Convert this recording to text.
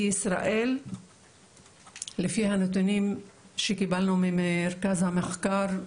בישראל לפי הנתונים שקיבלנו ממרכז המחקר,